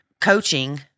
coaching